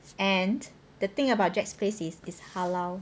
and the thing about jack's place is it's halal